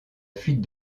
fuite